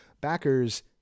Backers